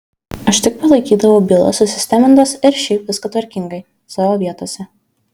aš tik palaikydavau bylas susistemintas ir šiaip viską tvarkingai savo vietose